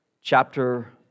chapter